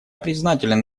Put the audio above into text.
признателен